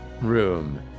room